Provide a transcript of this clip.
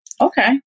okay